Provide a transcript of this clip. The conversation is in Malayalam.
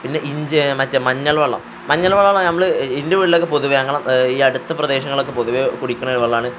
പിന്നെ ഇഞ്ചി മറ്റേ മഞ്ഞൾ വെള്ളം മഞ്ഞൾ വെള്ളമല്ല നമ്മൾ എൻ്റെ വീട്ടിലൊക്കെ പൊതുവേ അങ്ങനെ ഈ അടുത്ത പ്രദേശങ്ങളിലൊക്കെ പൊതുവേെ കുടിക്കണ വെള്ളമാണ്